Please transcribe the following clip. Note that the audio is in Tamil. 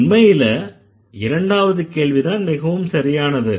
உண்மையில இரண்டாவது கேள்விதான் மிகவும் சரியானது